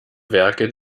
werke